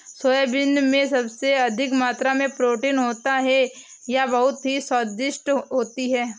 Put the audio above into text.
soybean में सबसे अधिक मात्रा में प्रोटीन होता है यह बहुत ही स्वादिष्ट होती हैं